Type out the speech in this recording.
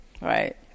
Right